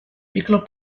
piccolo